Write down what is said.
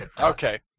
okay